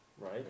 Right